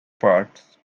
parts